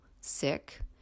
sick